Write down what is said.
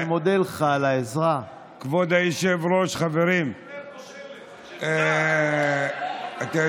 התשפ"א 2021. חברים,